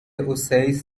oasis